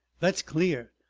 that's clear!